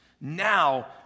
now